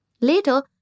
Later